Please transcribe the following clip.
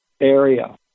area